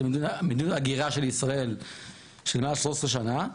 מדיניות ההגירה של ישראל מעל 13 שנה,